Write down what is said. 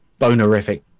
bonerific